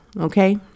Okay